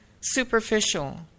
superficial